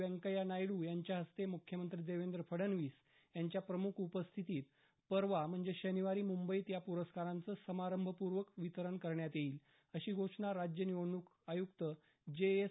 व्यंकय्या नायडू यांच्या हस्ते मुख्यमंत्री देवेंद्र फडणवीस यांच्या प्रमुख उपस्थितीत परवा म्हणजे शनिवारी मुंबईत या पुरस्कारांचं समारंभपूर्वक वितरण करण्यात येईल अशी घोषणा राज्य निवडणूक आयुक्त जे एस